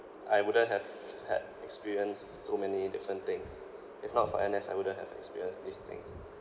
I wouldn't have had experienced so many different things if not for N_S I wouldn't have experienced these things